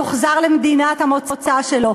יוחזר למדינת המוצא שלו,